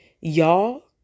y'all